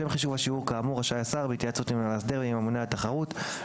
אחרי שישבנו אתמול באולם הרחב,